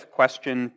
question